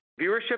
Viewership